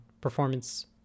performance